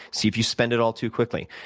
see if you spend it all too quickly.